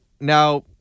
now